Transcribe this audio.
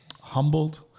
humbled